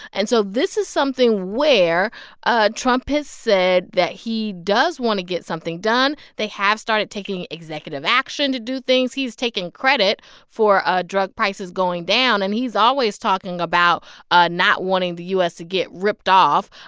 and so this is something where ah trump has said that he does want to get something done. done. they have started taking executive action to do things. he's taken credit for ah drug prices going down. and he's always talking about ah not wanting the u s. to get ripped off.